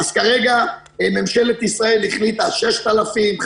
כרגע ממשלת ישראל החליטה: 6,000,